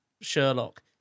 Sherlock